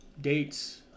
dates